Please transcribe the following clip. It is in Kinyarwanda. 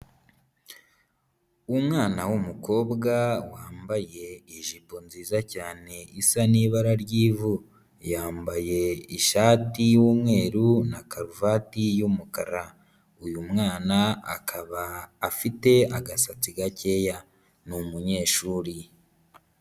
Umwana w'umukobwa wambaye ijipo nziza cyane isa nibara ry'ivu, yambaye ishati y'umweru na karuvati y'umukara. Uyu mwana akaba afite agasatsi gakeya, ni umunyeshuri.